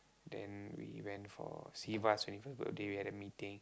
then we went for siva's twenty first birthday we had a meeting